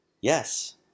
Yes